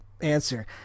answer